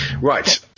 Right